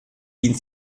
dient